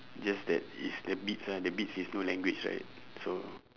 just that it's the beats ah the beats is no language right so